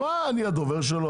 מה, אני הדובר שלו?